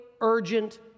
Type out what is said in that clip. urgent